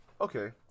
okay